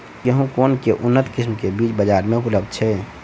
गेंहूँ केँ के उन्नत किसिम केँ बीज बजार मे उपलब्ध छैय?